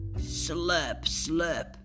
Slurp-slurp